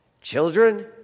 Children